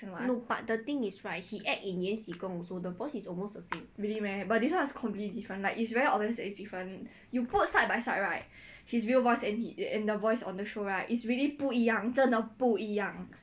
no but the thing is right he act in 延禧宫 also the voice is almost the same